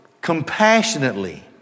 compassionately